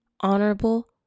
honorable